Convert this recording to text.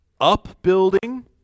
Upbuilding